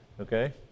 Okay